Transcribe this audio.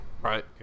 Right